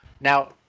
Now